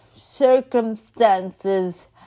circumstances